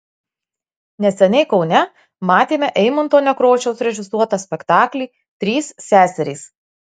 neseniai kaune matėme eimunto nekrošiaus režisuotą spektaklį trys seserys